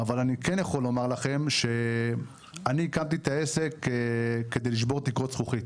אבל אני כן יכול לומר לכם שאני הקמתי את העסק כדי לשבור תקרות זכוכית